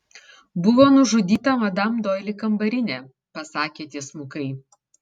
buvo nužudyta madam doili kambarinė pasakė tiesmukai